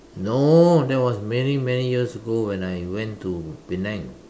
no that was many many years ago when I went to Penang